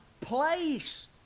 place